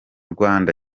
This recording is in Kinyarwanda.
rwanda